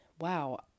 wow